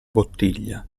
bottiglia